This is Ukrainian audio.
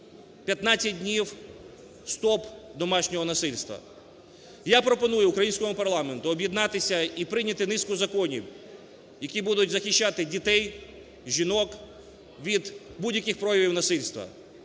15 днів "Стоп домашньому насильству". І я пропоную українському парламенту об'єднатися і прийняти низку законів, які будуть захищати дітей, жінок від будь-яких проявів насильства.